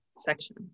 section